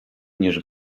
niż